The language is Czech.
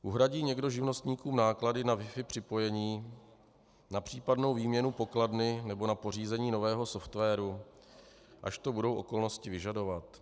Uhradí někdo živnostníkům náklady na wifi připojení, na případnou výměnu pokladny nebo na pořízení nového softwaru, až to budou okolnosti vyžadovat?